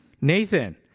nathan